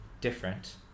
different